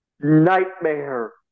nightmare